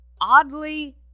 Oddly